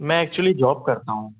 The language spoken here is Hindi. मैं एक्चुली जॉब करता हूँ